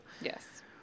Yes